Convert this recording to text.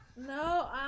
No